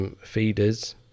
feeders